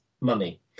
money